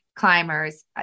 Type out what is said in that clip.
climbers